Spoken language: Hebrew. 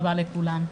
לכולם.